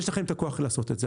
יש לכם את הכוח לעשות את זה.